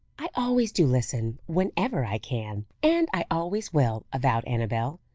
i always do listen whenever i can, and i always will, avowed annabel.